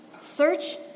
Search